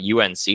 UNC